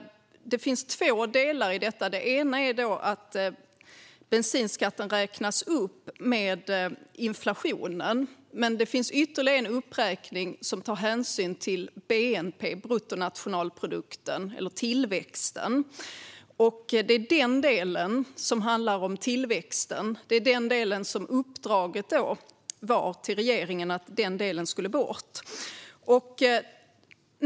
Det finns två delar i detta. Den ena är att bensinskatten räknas upp med inflationen, men det finns ytterligare en uppräkning som tar hänsyn till bnp, bruttonationalprodukten eller tillväxten. Det är den del som handlar om tillväxten, och uppdraget till regeringen var att denna del skulle bort.